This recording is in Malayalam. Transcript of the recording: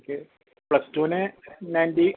എനിക്ക് പ്ലസ്ടൂവിന് നയൻ്റി